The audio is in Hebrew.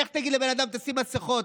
איך תגיד לבן אדם תשים מסכות?